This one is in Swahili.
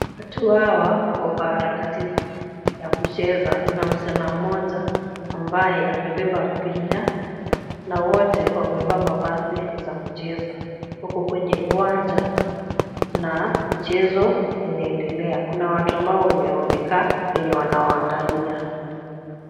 Watu hawa wako kwa harakati ya kucheza. Kuna msichana mmoja ambaye amebeba mpira na wote wamevaa mavazi za kucheza. Wako kwenye uwanja na mchezo inaendelea. Kuna watu ambao wenye wamekaa wenye wanawaangalia.